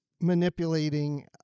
manipulating